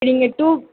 நீங்கள் டூ